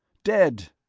dead!